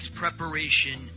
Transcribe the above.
preparation